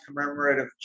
commemorative